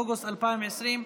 אוגוסט 2020,